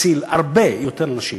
מציל הרבה יותר אנשים